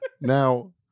Now